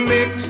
Mix